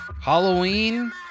Halloween